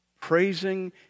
praising